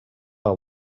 are